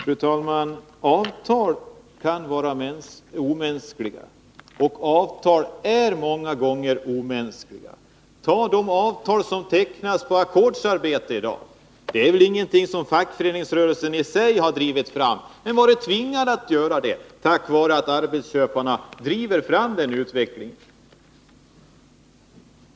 Fru talman! Avtal kan vara omänskliga, och avtal är många gånger omänskliga. Ta de avtal som tecknas för ackordsarbete i dag! Det är väl ingenting som fackföreningsrörelsen i och för sig har arbetat för, men man har varit tvingad att gå med på dem på grund av att arbetsköparna driver fram den utvecklingen.